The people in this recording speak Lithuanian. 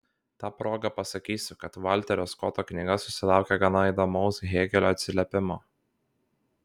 ta proga pasakysiu kad valterio skoto knyga susilaukė gana įdomaus hėgelio atsiliepimo